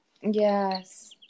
yes